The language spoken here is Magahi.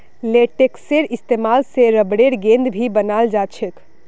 लेटेक्सेर इस्तेमाल से रबरेर गेंद भी बनाल जा छे